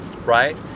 Right